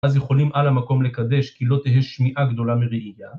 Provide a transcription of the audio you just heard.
אז יכולים על המקום לקדש כי לא תהיה שמיעה גדולה מראייה.